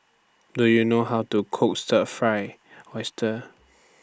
Do YOU know How to Cook Stir Fried Oyster